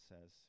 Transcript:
says